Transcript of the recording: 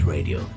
Radio